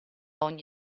ogni